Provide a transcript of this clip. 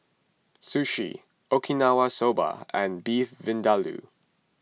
Sushi Okinawa Soba and Beef Vindaloo